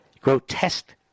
grotesque